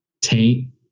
taint